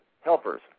helpers